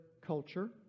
culture